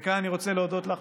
כאן אני רוצה להודות לך,